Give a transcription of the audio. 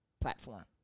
platform